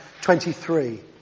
23